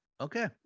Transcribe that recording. okay